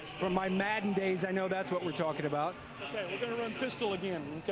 from my madden days i know that's what we're talking about. we're going to run pistol again.